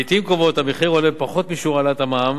לעתים קרובות המחיר עולה בפחות משיעור העלאת המע"מ,